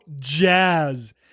Jazz